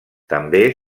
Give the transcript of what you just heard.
també